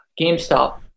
GameStop